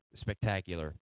spectacular